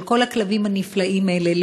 של כל הכלבים הנפלאים האלה,